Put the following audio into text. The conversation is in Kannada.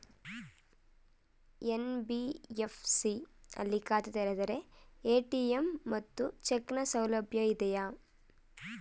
ಎನ್.ಬಿ.ಎಫ್.ಸಿ ಯಲ್ಲಿ ಖಾತೆ ತೆರೆದರೆ ಎ.ಟಿ.ಎಂ ಮತ್ತು ಚೆಕ್ ನ ಸೌಲಭ್ಯ ಇದೆಯಾ?